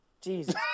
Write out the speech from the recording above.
Jesus